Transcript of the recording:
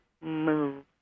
move